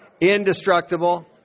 indestructible